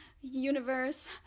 Universe